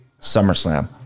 SummerSlam